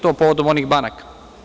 To je povodom onih banaka.